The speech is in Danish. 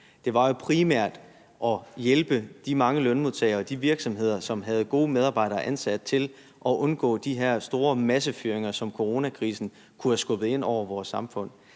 til, jo primært var at hjælpe de mange lønmodtagere og de virksomheder, som havde gode medarbejdere ansat, med at undgå de her store massefyringer, som coronakrisen kunne have skubbet ind over vores samfund.